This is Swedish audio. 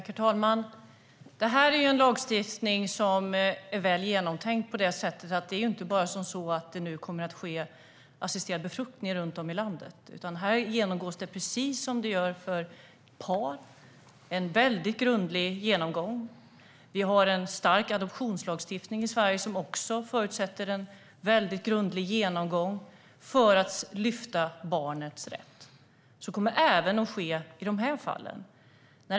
Herr talman! Det här är en lagstiftning som är väl genomtänkt. Det kommer inte bara att ske assisterade befruktningar runt om i landet, utan här görs det, precis som för par, en grundlig genomgång. Vi har en stark adoptionslagstiftning i Sverige som också förutsätter en grundlig genomgång för att lyfta fram barnets rätt. Så kommer även att ske i de här fallen.